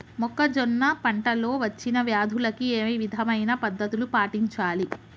మొక్కజొన్న పంట లో వచ్చిన వ్యాధులకి ఏ విధమైన పద్ధతులు పాటించాలి?